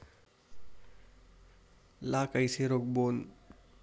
ला कइसे रोक बोन?